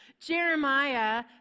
Jeremiah